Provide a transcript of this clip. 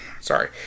Sorry